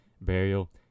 burial